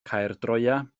caerdroea